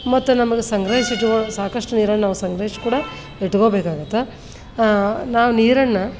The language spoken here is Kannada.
ಮತ್ತು ನಮಗೆ ಸಂಗ್ರಹಿಸಿಟ್ಕೊಳ್ಳಲು ಸಾಕಷ್ಟು ನೀರನ್ನು ನಾವು ಸಂಗ್ರಹಿಸ್ ಕೂಡ ಇಟ್ಕೊಬೇಕಾಗತ್ತೆ ನಾವು ನೀರನ್ನು